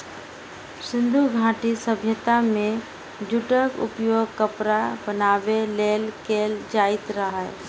सिंधु घाटी सभ्यता मे जूटक उपयोग कपड़ा बनाबै लेल कैल जाइत रहै